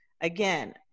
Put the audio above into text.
again